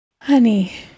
Honey